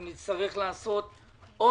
אנחנו נצטרך לעסוק בעניין הזה,